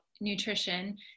nutrition